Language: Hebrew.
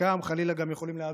וחלקם יכולים גם לאבד,